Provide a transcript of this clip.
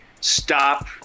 stop